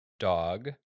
dog